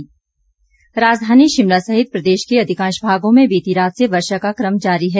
मौसम राजधानी शिमला सहित प्रदेश के अधिकांश भागों में बीती रात से वर्षा का कम जारी है